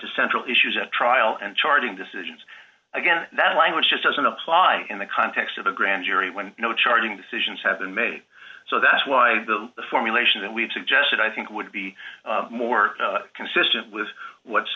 to central issues at trial and charging decisions again that language just doesn't apply in the context of a grand jury when no charging decisions have been made so that's why the formulation that we've suggested i think would be more consistent with what's